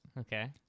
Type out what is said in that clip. Okay